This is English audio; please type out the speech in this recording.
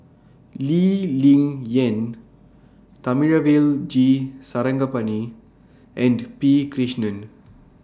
Lee Ling Yen Thamizhavel G Sarangapani and P Krishnan